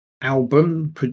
album